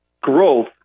growth